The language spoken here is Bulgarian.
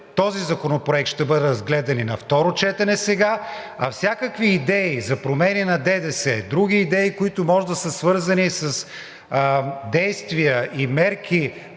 този законопроект ще бъде разгледан и на второ четене сега, а всякакви идеи за промени на ДДС, други идеи, които може да са свързани с действия и мерки,